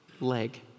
leg